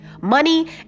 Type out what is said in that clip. Money